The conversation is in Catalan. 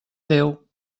déu